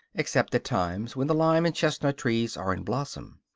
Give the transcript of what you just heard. except at times when the lime and chestnut trees are in blossom.